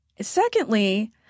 Secondly